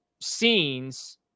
scenes